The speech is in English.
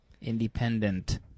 Independent